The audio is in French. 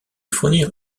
fournir